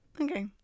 Okay